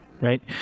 right